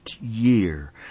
year